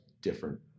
different